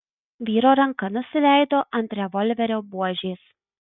vyro ranka nusileido ant revolverio buožės